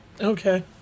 okay